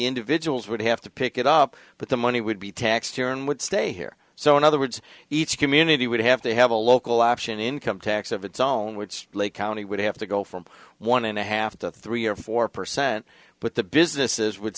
individuals would have to pick it up but the money would be taxed here and would stay here so in other words each community would have to have a local option income tax of its own words lake county would have to go from one and a half to three or four percent but the businesses would